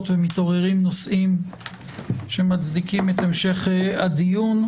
ומתעוררים נושאים שמצדיקים את המשך הדיון.